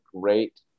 great